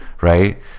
right